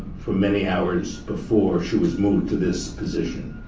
for many hours before she was moved to this position.